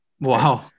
Wow